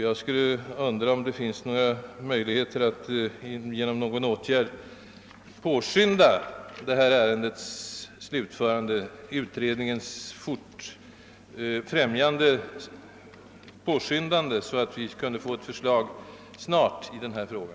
Jag undrar nu om det inte finns några möjligheter att genom någon lämplig åtgärd påskynda utredningens slutfö rande, så att vi här i riksdagen snart skall kunna få ett förslag i denna fråga.